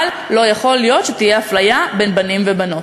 אבל לא יכול להיות שתהיה אפליה בין בנים לבנות.